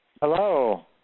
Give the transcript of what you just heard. Hello